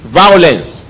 violence